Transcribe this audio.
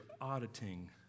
auditing